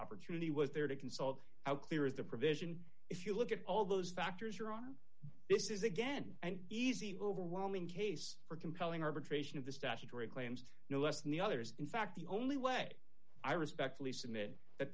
opportunity was there to consult how clear is the provision if you look at all those factors you're on this is again and easy overwhelming case for compelling arbitration of the statutory claims no less than the others in fact the only way i respectfully submit that